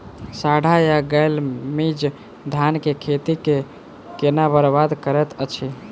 साढ़ा या गौल मीज धान केँ खेती कऽ केना बरबाद करैत अछि?